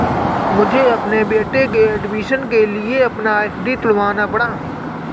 मुझे अपने बेटे के एडमिशन के लिए अपना एफ.डी तुड़वाना पड़ा